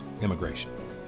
immigration